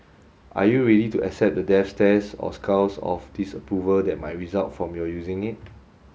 are you ready to accept the death stares or scowls of disapproval that might result from your using it